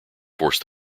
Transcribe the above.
forced